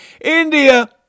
India